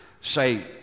say